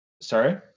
Sorry